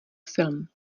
film